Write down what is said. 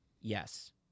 Yes